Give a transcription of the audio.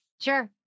sure